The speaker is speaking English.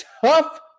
tough